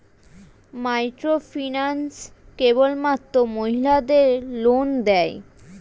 Microfinance কেবলমাত্র মহিলাদের loan দেয়?